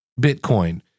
Bitcoin